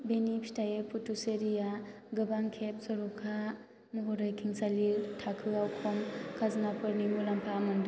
बेनि फिथाइयै पुद्दुचेरिया गोबां खेब जर'खा महरै खेंसालि थाखोयाव खम खाजोनाफोरनि मुलाम्फा मोनदों